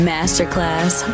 Masterclass